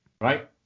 Right